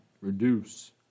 Reduce